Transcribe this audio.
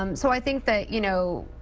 um so i think that, you know,